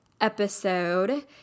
episode